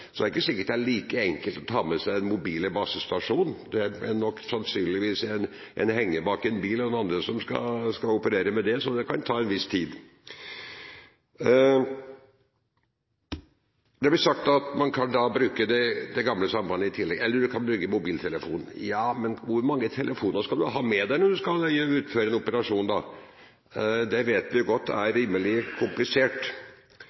det ikke sikkert det er like enkelt å ta med seg den mobile basestasjonen. Det er nok sannsynligvis en henger bak en bil, og noen andre som skal operere med det, så det kan ta en viss tid. Det blir sagt at man kan bruke det gamle sambandet i tillegg, eller man kan bruke mobiltelefon. Ja – men hvor mange telefoner skal man ha med seg når man skal utføre en operasjon? Det vet vi godt er